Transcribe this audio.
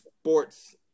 sports